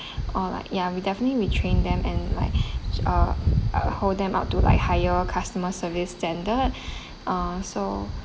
or like yeah we definitely retrain them and like uh hold them out to like higher customer service standard ah so